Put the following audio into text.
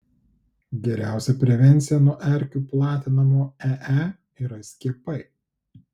geriausia prevencija nuo erkių platinamo ee yra skiepai